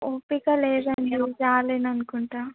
ఓపిక లేదండి రాలేననుకుంటా